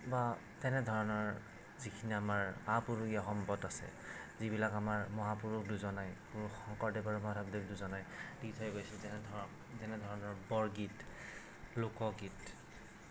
বা তেনেধৰণৰ যিখিনি আমাৰ আপুৰুগীয়া সম্পদ আছে যিবিলাক আমাৰ মহাপুৰুষ দুজনাই গুৰু শংকৰদেৱ আৰু মাধৱদেৱ দুজনাই দি থৈ গৈছিল যেনে ধৰক যেনে ধৰণৰ বৰগীত লোকগীত